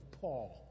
Paul